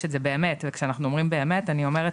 את זה באמת וכשאני אומרת באמת זאת אומרת,